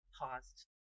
paused